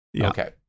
Okay